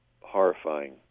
horrifying